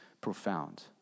profound